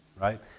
right